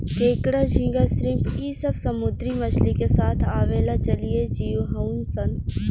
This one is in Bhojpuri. केकड़ा, झींगा, श्रिम्प इ सब समुंद्री मछली के साथ आवेला जलीय जिव हउन सन